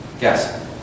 Yes